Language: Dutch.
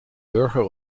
burger